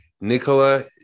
Nicola